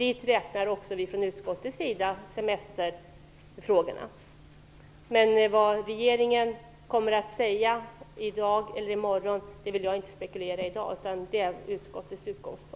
Dit räknar vi från utskottets sida semesterfrågorna. Detta är utskottets utgångspunkt. Vad regeringen kommer att säga i dag eller i morgon vill jag inte spekulera i.